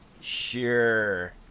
Sure